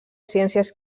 ciències